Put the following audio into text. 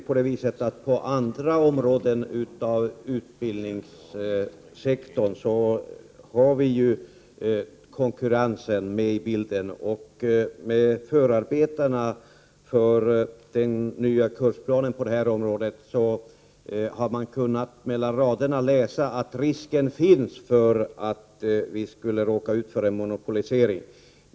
På andra områden inom utbildningssektorn finns konkurrensen 147 med i bilden, och i förarbetena till den nya kursplanen på det här området kan man läsa mellan raderna att risken finns för att vi skulle råka ut för en monopolisering.